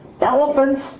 Elephants